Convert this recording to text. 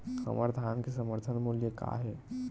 हमर धान के समर्थन मूल्य का हे?